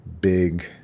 big